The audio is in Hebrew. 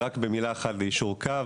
רק במילה אחת ויישור קו.